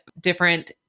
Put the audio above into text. different